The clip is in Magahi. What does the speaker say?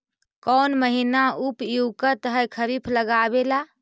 कौन महीना उपयुकत है खरिफ लगावे ला?